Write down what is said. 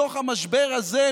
בתוך המשבר הזה,